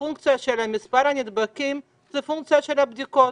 הוא שהפונקציה של מספר הנדבקים זו פונקציה של הבדיקות.